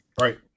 Right